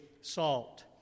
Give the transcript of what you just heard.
salt